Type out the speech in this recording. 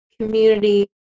community